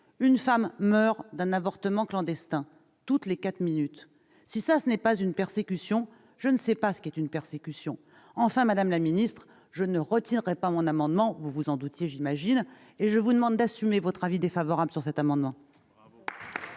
qu'une femme meurt d'un avortement clandestin toutes les quatre minutes sur la planète, si ce n'est pas une persécution, je ne sais pas ce que c'est ! Madame la ministre, je ne retirerai pas mon amendement, ce dont vous vous doutiez, j'imagine, et je vous demande d'assumer votre avis défavorable sur cet amendement